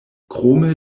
krome